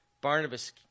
Barnabas